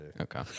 Okay